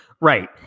Right